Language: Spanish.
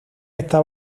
está